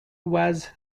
was